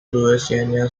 louisiana